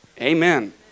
Amen